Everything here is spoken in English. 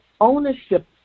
ownership